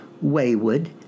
wayward